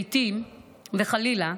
לעיתים, חלילה,